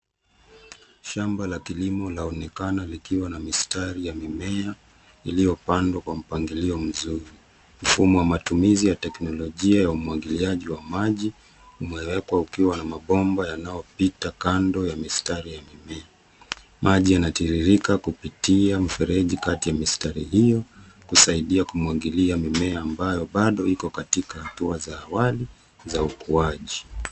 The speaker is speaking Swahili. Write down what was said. Shamba la kilimo laonekana likiwa na mistari ya mimea iliyopandwa kwa mpangilio mzuri. Mfumo wa matumizi ya teknolojia ya umwagiliaji wa maji umewekwa ukiwa na mabomba yanayopita kando ya mistari ya mimea. Maji yanatiririka kupitia mifereji kati ya mistari hiyo, kusaidia kumwagilia mimea ambayo bado iko katika hatua za awali za ukuaji.